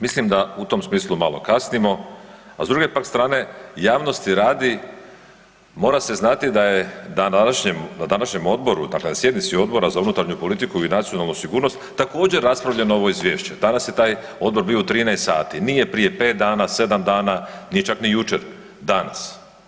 Mislim da u tom smislu malo kasnimo, a s druge pak strane javnosti radi, mora se znati da je na današnjem Odboru, dakle na sjednici Odbora za unutarnju politiku i nacionalnu sigurnost također raspravljano ovo Izvješće, danas je taj Odbor bio u 13 sati, nije prije 5 dana, 7 dana nije čak ni jučer, danas.